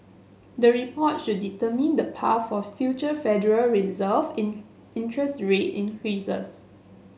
the reports should determine the path for future Federal Reserve in interest rate increases